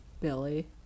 billy